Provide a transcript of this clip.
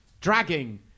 dragging